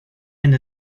and